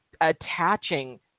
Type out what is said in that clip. attaching